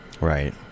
Right